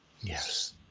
Yes